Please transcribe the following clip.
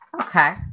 Okay